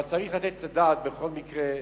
אבל צריך לתת את הדעת, בכל מקרה.